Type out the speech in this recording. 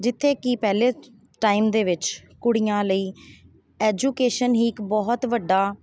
ਜਿੱਥੇ ਕਿ ਪਹਿਲੇ ਟਾਈਮ ਦੇ ਵਿੱਚ ਕੁੜੀਆਂ ਲਈ ਐਜੂਕੇਸ਼ਨ ਹੀ ਇੱਕ ਬਹੁਤ ਵੱਡਾ